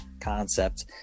concept